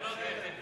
כן.